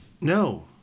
No